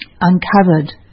uncovered